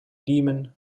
demon